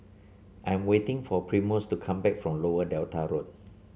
I'm waiting for Primus to come back from Lower Delta Road